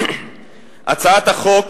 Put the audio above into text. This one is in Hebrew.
הצעת החוק